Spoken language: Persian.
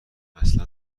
اصلا